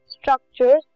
structures